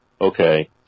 okay